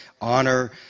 honor